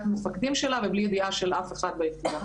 של המפקדים שלה ובלי ידיעה של אף אחד ביחידה